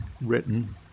written